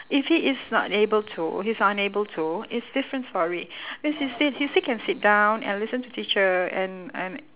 if he is not able to he's unable to it's different story cause he still he still can sit down and listen to teacher and and